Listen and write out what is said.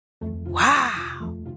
Wow